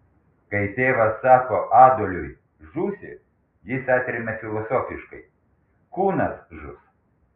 kai tėvas sako adoliui žūsi jis atremia filosofiškai kūnas žus